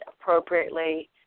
appropriately